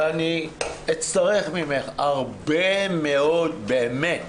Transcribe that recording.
ואני אצטרך ממך הרבה מאוד באמת,